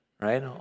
right